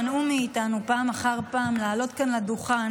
מאיתנו פעם אחר פעם לעלות לכאן לדוכן